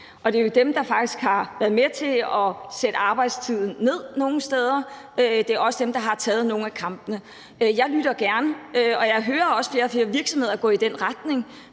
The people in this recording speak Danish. det er jo dem, der faktisk har været med til at sætte arbejdstiden ned nogle steder, og det er også dem, der har taget nogle af kampene. Jeg lytter gerne, og jeg hører også flere og flere virksomheder gå i den retning.